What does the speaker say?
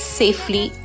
safely